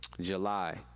July